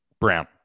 Brown